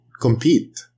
compete